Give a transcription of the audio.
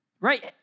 right